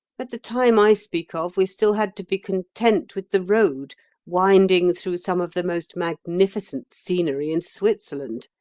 at the time i speak of we still had to be content with the road winding through some of the most magnificent scenery in switzerland.